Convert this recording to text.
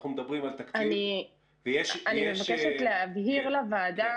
אנחנו מדברים על תקציב ויש --- אני מבקשת להבהיר לוועדה